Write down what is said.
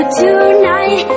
tonight